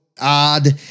odd